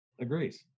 agrees